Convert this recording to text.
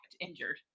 injured